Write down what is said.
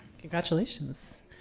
Congratulations